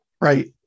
Right